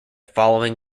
following